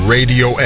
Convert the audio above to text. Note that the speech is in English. Radio